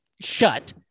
shut